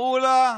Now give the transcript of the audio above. אמרו לה: